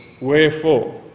Wherefore